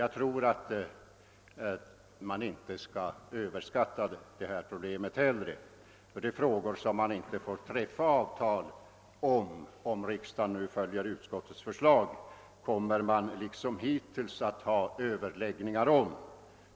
Jag anser att problemet inte skall överskattas, ty de frågor som man inte får träffa avtal om, ifall riksdagen följer utskottsmajoritetens förslag, kommer man liksom hittills att ha överläggningar om.